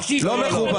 לא מכובד.